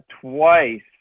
twice